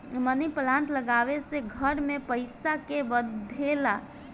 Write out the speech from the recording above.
मनी plant लागवे से घर में पईसा के बढ़ेला